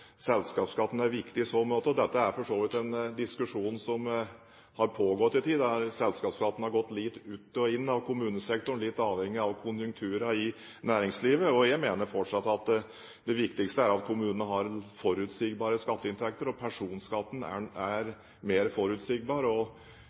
selskapsskatten er viktig i så måte. Dette er for så vidt en diskusjon som har pågått en tid, der selskapsskatten har gått litt ut og inn av kommunesektoren litt avhengig av konjunkturene i næringslivet. Jeg mener fortsatt at det viktigste er at kommunene har forutsigbare skatteinntekter, og at personskatten er